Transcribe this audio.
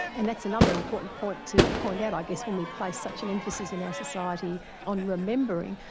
and that's another important point to point out i guess when we place such an emphasis in our society on remembering,